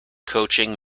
coaching